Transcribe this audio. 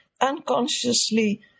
unconsciously